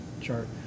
chart